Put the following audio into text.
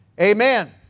Amen